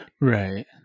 Right